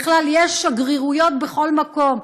בכלל, יש שגרירויות בכל מקום.